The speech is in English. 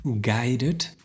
guided